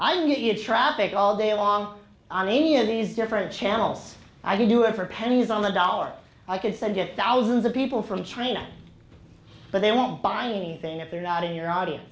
don't get your traffic all day long on any of these different channels i do it for pennies on the dollar i could send it thousands of people from china but they won't buy anything if they're not in your audience